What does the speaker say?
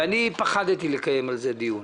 אני פחדתי לקיים על זה דיון,